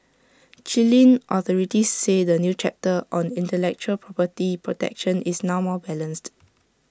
Chilean authorities say the new chapter on intellectual property protection is now more balanced